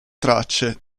tracce